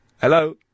Hello